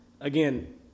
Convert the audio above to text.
again